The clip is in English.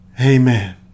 Amen